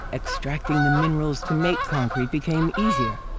extracting the minerals to make concrete became easier.